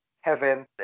Heaven